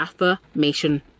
affirmation